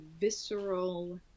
visceral